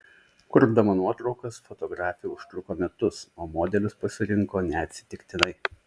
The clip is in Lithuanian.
kurdama nuotraukas fotografė užtruko metus o modelius pasirinko neatsitiktinai